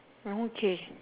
okay